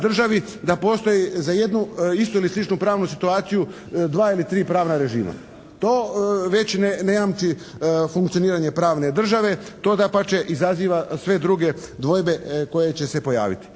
da postoji za jednu, istu ili sličnu pravnu situaciju dva ili tri pravna režima. To već ne jamči funkcioniranje pravne države. To dapače izaziva sve druge dvojbe koje će se pojaviti.